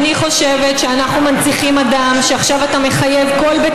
אני חושבת שאנחנו מנציחים אדם שעכשיו אתה מחייב כל בית